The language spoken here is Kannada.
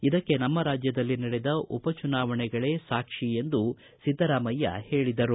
ಇದಕ್ಕೆ ನಮ್ನ ರಾಜ್ಯದಲ್ಲಿ ನಡೆದ ಉಪಚುನಾವಣೆಗಳೇ ಸಾಕ್ಷಿ ಎಂದು ಸಿದ್ದರಾಮಯ್ಯ ಹೇಳಿದರು